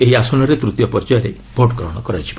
ଏହି ଆସନରେ ତୂତୀୟ ପର୍ଯ୍ୟାୟରେ ଭୋଟ୍ ଗ୍ରହଣ ହେବ